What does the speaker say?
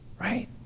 Right